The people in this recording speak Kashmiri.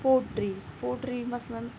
پوٹری پوٹری مَثلن